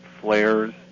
flares